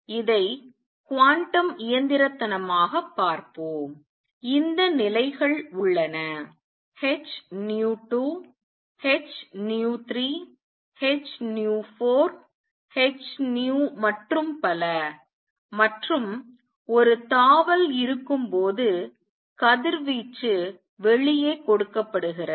இதை குவாண்டம் இயந்திரத்தனமாகப் பார்ப்போம் இந்த நிலைகள் உள்ளன h nu 2 h nu 3 h nu 4 h nu மற்றும் பல மற்றும் ஒரு தாவல் இருக்கும் போது கதிர்வீச்சு வெளியே கொடுக்கப்படுகிறது